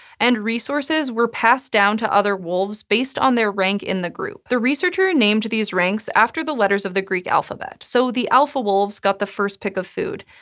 and resources were passed down to other wolves based on their rank in the group. the researcher named these ranks after the letters of the greek alphabet. so, the alpha wolves got the first pick of food,